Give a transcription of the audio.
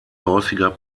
häufiger